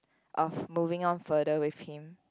of moving on further with him